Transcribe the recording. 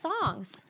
songs